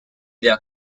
their